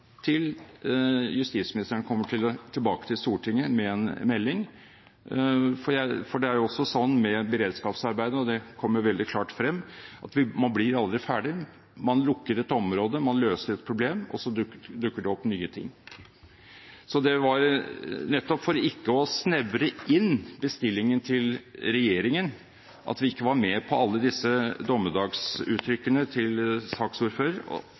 til justisministeren kommer tilbake til Stortinget med en melding. For det er jo også sånn med beredskapsarbeidet – og det kom jo veldig klart frem – at man blir aldri ferdig: Man lukker et område, man løser et problem og så dukker det opp nye ting. Så det var nettopp for ikke å snevre inn bestillingen til regjeringen at vi ikke var med på alle disse dommedagsuttrykkene til